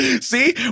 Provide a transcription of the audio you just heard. See